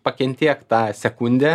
pakentėk tą sekundę